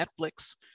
netflix